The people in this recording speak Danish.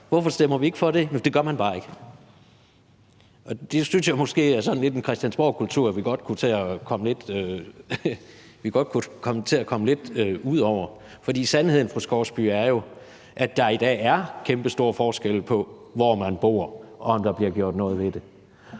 hvorfor stemmer vi ikke for det? Men det gør man bare ikke. Og det synes jeg måske er sådan lidt en christiansborgkultur, som vi godt kunne komme lidt ud over. For sandheden, fru Julie Skovsby, er jo, at der i dag er kæmpestor forskel på, om der bliver gjort noget ved det,